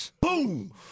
Boom